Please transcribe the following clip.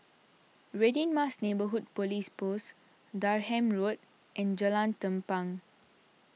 Radin Mas Neighbourhood Police Post Durham Road and Jalan Tampang